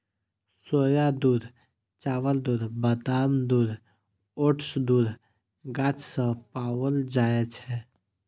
सोया दूध, चावल दूध, बादाम दूध, ओट्स दूध गाछ सं पाओल जाए छै